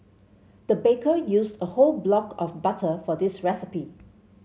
the baker used a whole block of butter for this recipe